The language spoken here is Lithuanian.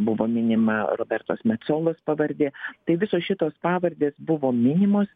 buvo minima robertos mecolos pavardė tai visos šitos pavardės buvo minimos